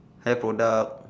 hair product